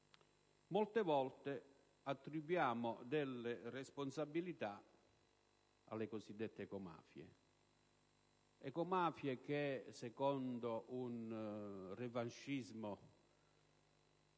molte volte attribuiamo delle responsabilità alle cosiddette ecomafie che, secondo un revanscismo che riguarda